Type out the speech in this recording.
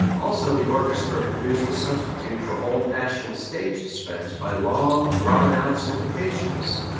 also the orchestra produced a substitute for old-fashioned stage suspense by long drawn-out syncopations.